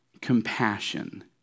compassion